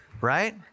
Right